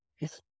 Yes